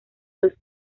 los